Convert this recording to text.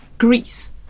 greece